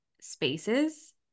spaces